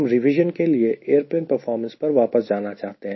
हम रिवीजन के लिए एयरप्लेन परफॉर्मेंस पर वापस जाना चाहते हैं